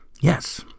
Yes